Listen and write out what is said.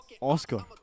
Oscar